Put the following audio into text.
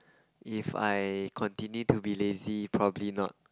if I continue to be lazy probably not